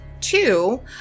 two